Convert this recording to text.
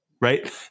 right